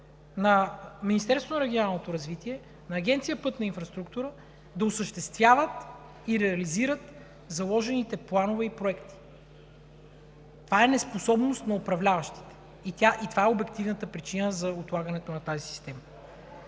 развитие, на Агенция „Пътна инфраструктура“ да осъществяват и реализират заложените планове и проекти. Това е неспособност на управляващите и е обективната причина за отлагането на тази система.